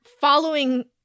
following